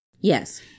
yes